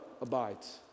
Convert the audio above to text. abides